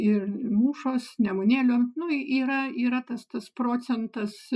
ir mūšos nemunėlio nu yra yra tas tas procentas